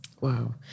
Wow